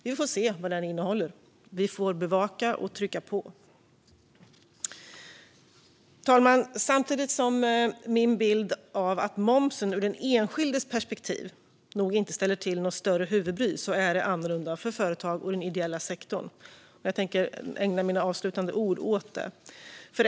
Vi får se vad den innehåller. Vi får bevaka och trycka på. Fru talman! Samtidigt som min bild av att momsen ur den enskildes perspektiv nog inte ställer till något större huvudbry är det annorlunda för företag och den ideella sektorn. Jag tänker ägna mina avslutande ord åt det.